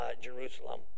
Jerusalem